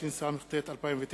הצעת חוק לתיקון פקודת מס הכנסה (מס' 170),